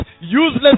useless